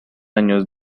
años